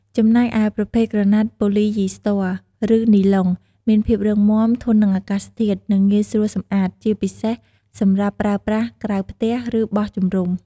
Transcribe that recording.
ចំណែកឯប្រភេទ ក្រណាត់ប៉ូលីយីស្ទ័រ ឬនីឡុង មានភាពរឹងមាំ ធន់នឹងអាកាសធាតុ និងងាយស្រួលសម្អាត ជាពិសេសសម្រាប់ប្រើប្រាស់ក្រៅផ្ទះ ឬបោះជំរុំ។